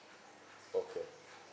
okay